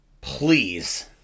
Please